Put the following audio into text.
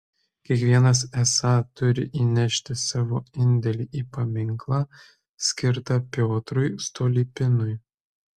kiekvienas esą turi įnešti savo indėlį į paminklą skirtą piotrui stolypinui